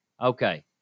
Okay